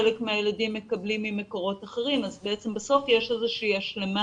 חלק מהילדים מקבלים ממקורות אחרים אז בסוף יש איזו שהיא השלמה